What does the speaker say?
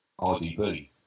RDB